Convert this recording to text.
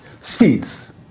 speeds